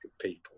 people